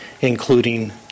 including